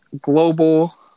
global